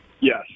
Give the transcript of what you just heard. Yes